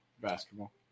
Basketball